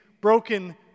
broken